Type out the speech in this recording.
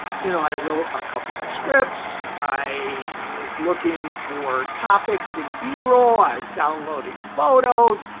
you know, i wrote a couple of scripts, i was looking for topics and b roll, i was downloading photos.